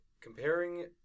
comparing